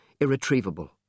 irretrievable